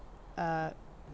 uh